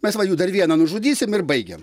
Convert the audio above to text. mes va jų dar vieną nužudysim ir baigiam